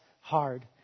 hard